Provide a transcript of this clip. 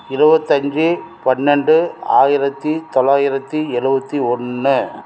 இருபத்தஞ்சி பன்னெண்டு ஆயிரத்தி தொள்ளாயிரத்தி எழுபத்தி ஒன்று